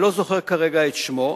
אני לא זוכר כרגע את שמו.